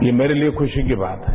यह मेरे लिए खुशी की बात है